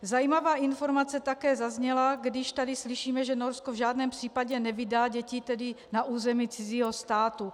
Zajímavá informace také zazněla, když tady slyšíme, že Norsko v žádném případě nevydá děti na území cizího státu.